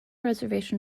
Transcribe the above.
reservation